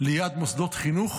ליד מוסדות חינוך,